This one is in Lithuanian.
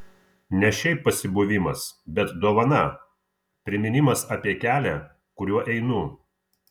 ne šiaip pasibuvimas bet dovana priminimas apie kelią kuriuo einu